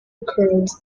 occurrence